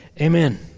Amen